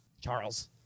Charles